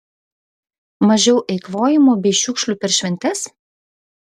mažiau eikvojimo bei šiukšlių per šventes